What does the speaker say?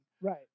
Right